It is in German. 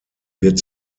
wird